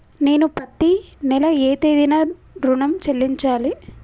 నేను పత్తి నెల ఏ తేదీనా ఋణం చెల్లించాలి?